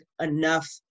enough